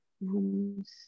Rooms